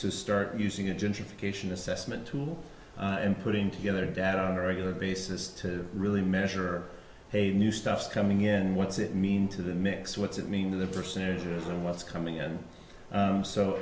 to start using a gentrification assessment tool and putting together data on a regular basis to really measure a new stuff coming in what's it mean to the mix what's it mean to the percentages and what's coming and